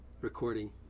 recording